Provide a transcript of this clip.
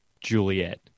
Juliet